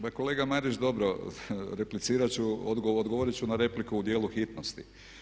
Pa kolega Marić, dobro replicirat ću, odgovorit ću na repliku u djelu hitnosti.